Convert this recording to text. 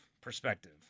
perspective